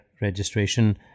registration